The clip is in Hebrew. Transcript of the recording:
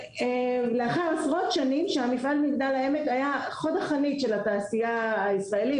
לאחר עשרות שנים שמפעל מגדל העמק היה חוד החנית של התעשייה הישראלית,